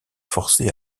forcés